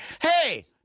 Hey